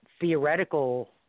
theoretical